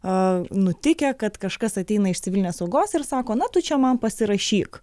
a nutikę kad kažkas ateina iš civilinės saugos ir sako na tu čia man pasirašyk